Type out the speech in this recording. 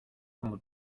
como